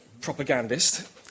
propagandist